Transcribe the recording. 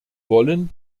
wollen